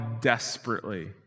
desperately